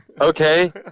Okay